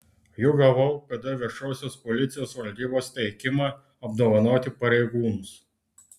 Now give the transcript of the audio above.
juk gavau pd viešosios policijos valdybos teikimą apdovanoti pareigūnus